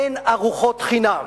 אין ארוחות חינם,